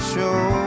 Show